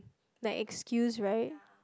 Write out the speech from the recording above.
like excuse right